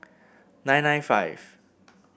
nine nine five